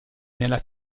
nella